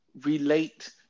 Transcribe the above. relate